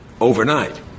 overnight